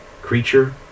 creature